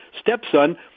stepson